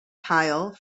tile